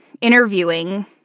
interviewing